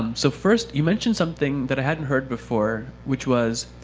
so first, you mentioned something that i hadn't heard before, which was